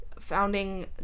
founding